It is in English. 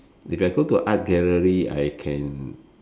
if I go to art gallery I can